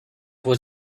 was